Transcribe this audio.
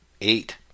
Eight